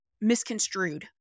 misconstrued